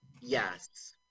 Yes